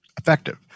effective